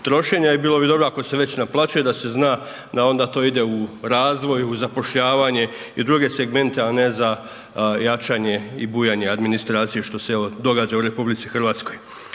trošenja i bilo bi dobro, ako se već naplaćuje da se zna da onda to ide u razvoj, u zapošljavanje i druge segmente, a ne za jačanje i bujanje administracije, što se, evo, događa u RH.